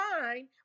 fine